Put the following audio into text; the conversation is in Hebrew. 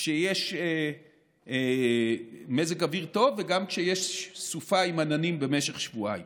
כשיש מזג אוויר טוב וגם כשיש סופה עם עננים במשך שבועיים.